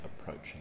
approaching